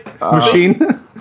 machine